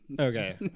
Okay